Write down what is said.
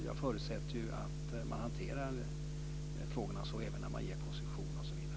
Jag förutsätter att man hanterar frågorna så även när man beviljar koncession osv.